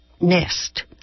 nest